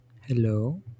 Hello